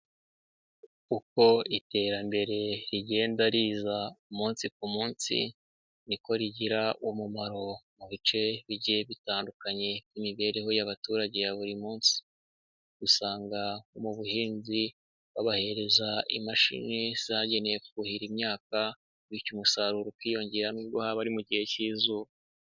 Uko iterambere rigenda riza umunsi ku munsi, niko rigira umumaro mu bice bigiye bitandukanye ku mibereho y'abaturage ya buri munsi. Usanga mu buhinzi babahereza imashini zagenewe kuhira imyaka bityo umusaruro ukiyongera nubwo haba ari mu gihe cy'izuba.